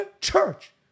church